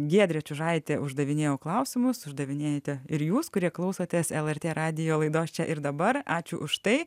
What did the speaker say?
giedrė čiužaitė uždavinėjau klausimus uždavinėjate ir jūs kurie klausotės lrt radijo laidos čia ir dabar ačiū už tai